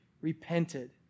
repented